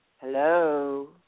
hello